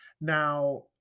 Now